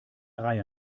reihe